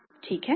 ठीक है